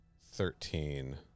thirteen